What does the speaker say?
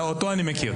אותו אני מכיר.